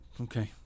okay